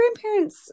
grandparents